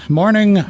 morning